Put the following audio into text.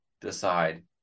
decide